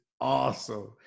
awesome